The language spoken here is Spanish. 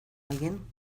alguien